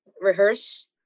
rehearse